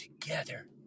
together